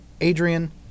Adrian